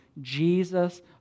Jesus